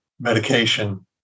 medication